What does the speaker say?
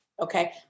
Okay